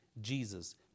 Jesus